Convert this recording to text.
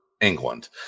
england